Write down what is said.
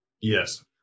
Yes